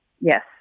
Yes